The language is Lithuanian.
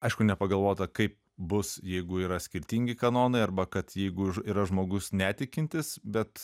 aišku nepagalvota kaip bus jeigu yra skirtingi kanonai arba kad jeigu yra žmogus netikintis bet